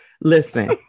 Listen